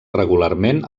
regularment